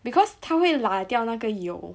because 他会拉掉那个油